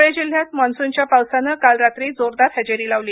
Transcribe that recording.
धुळे जिल्ह्यात मान्सुनच्या पावसाने काल रात्री जोरदार हजेरी लावली